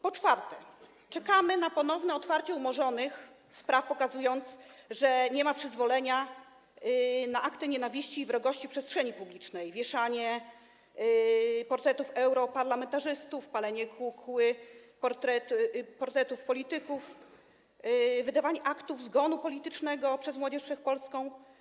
Po czwarte, czekamy na ponowne otwarcie umorzonych spraw i pokazanie, że nie ma przyzwolenia na akty nienawiści i wrogości w przestrzeni publicznej, wieszanie portretów europarlamentarzystów, palenie kukieł, portretów polityków, wydawanie aktów zgonu politycznego przez Młodzież Wszechpolską.